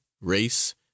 race